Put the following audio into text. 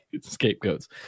scapegoats